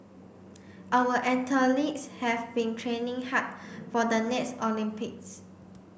our athletes have been training hard for the next Olympics